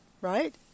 right